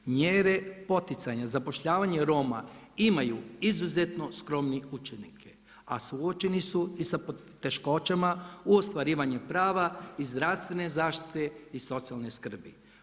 Mjere poticanja zapošljavanja Roma imaju izuzetno skromne učinke a suočeni su i sa poteškoćama u ostvarivanju prava iz zdravstvene zaštite i socijalne skrbi.